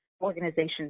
organization's